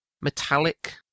metallic